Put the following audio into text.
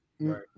right